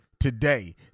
today